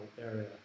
area